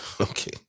Okay